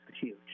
huge